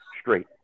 straight